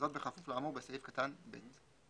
וזאת בכפוף לאמור בסעיף קטן (ב).